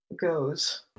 goes